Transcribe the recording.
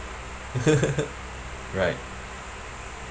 right